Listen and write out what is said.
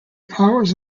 powers